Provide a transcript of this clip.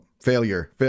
Failure